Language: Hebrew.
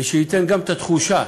ושייתן גם את התחושה